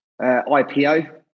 IPO